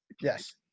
Yes